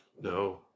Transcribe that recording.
No